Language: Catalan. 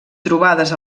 trobades